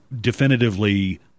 definitively